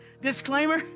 Disclaimer